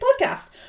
podcast